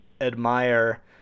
admire